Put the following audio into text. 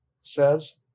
says